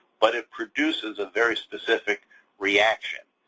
but it produces a very specific reaction.